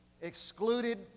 Excluded